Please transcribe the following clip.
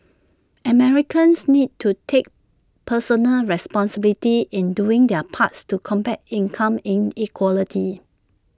Americans need to take personal responsibility in doing their parts to combat income inequality